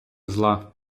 зла